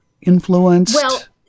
influenced